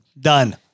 Done